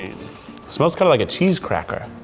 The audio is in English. smells kind of like a cheese cracker.